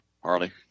Harley